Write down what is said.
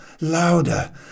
louder